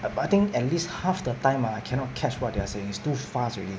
but I think at least half the time ah I cannot catch what they are saying it's too fast already